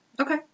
Okay